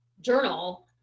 journal